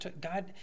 God